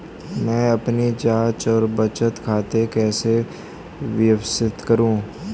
मैं अपनी जांच और बचत खाते कैसे व्यवस्थित करूँ?